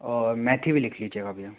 और मेथी भी लिख लीजिएगा भईया